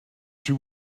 she